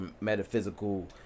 metaphysical